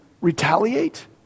retaliate